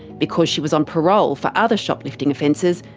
because she was on parole for other shoplifting offences,